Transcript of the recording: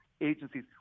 agencies